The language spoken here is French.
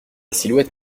silhouette